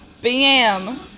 Bam